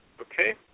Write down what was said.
okay